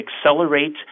accelerate